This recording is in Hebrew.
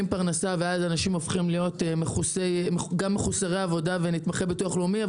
פרנסה ואז אנשים הופכים להיות גם מחוסרי עבודה ונתמכי ביטוח לאומי.